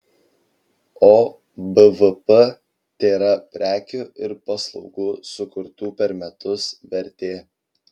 o bvp tėra prekių ir paslaugų sukurtų per metus vertė